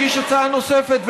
שהגיש הצעה נוספת,